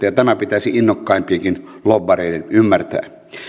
ja tämä pitäisi innokkaimpienkin lobbareiden ymmärtää